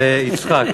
זה יצחק,